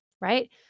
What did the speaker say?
right